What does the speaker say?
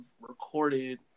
recorded